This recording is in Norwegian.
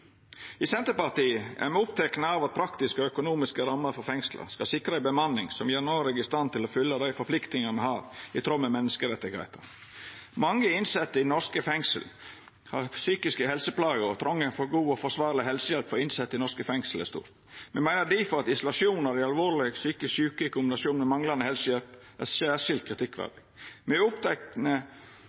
I Senterpartiet er me opptekne av at praktiske og økonomiske rammer for fengsla skal sikra ei bemanning som gjer Noreg i stand til å fylgja dei pliktene me har i tråd med menneskerettane. Mange innsette i norske fengsel har psykiske helseplager, og trongen for god og forsvarleg helsehjelp for innsette i norske fengsel er stor. Me meiner difor at isolasjon av dei alvorleg psykisk sjuke, i kombinasjon med manglande helsehjelp, er særskilt kritikkverdig. Me er